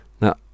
Now